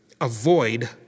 avoid